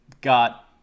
got